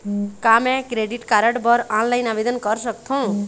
का मैं credit card बर ऑनलाइन आवेदन कर सकथों?